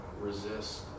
resist